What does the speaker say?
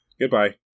Goodbye